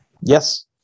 Yes